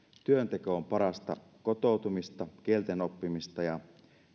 on parasta kotoutumista kielten oppimista ja